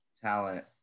talent